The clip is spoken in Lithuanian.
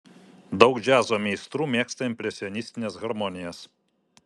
daug džiazo meistrų mėgsta impresionistines harmonijas